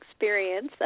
experience